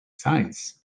science